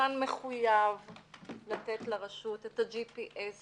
הקבלן מחויב לתת לרשות את ה-G.P.S.